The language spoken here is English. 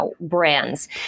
brands